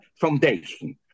foundation